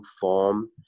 form